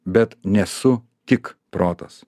bet nesu tik protas